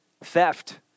Theft